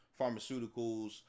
pharmaceuticals